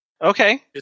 Okay